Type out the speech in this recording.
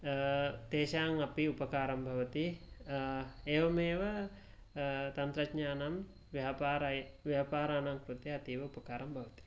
तेषाम् अपि उपकारं भवति एवं एव तन्त्रज्ञानं व्यापार व्यापारानां कृते अतीव उपकारं भवति